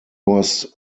was